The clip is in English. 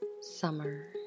summer